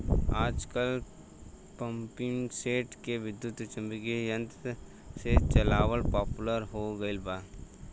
आजकल पम्पींगसेट के विद्युत्चुम्बकत्व यंत्र से चलावल पॉपुलर हो गईल बा